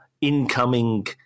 incoming